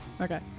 Okay